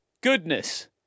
goodness